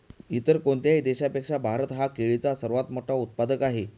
इतर कोणत्याही देशापेक्षा भारत हा केळीचा सर्वात मोठा उत्पादक आहे